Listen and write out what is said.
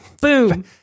Boom